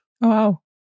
Wow